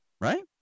right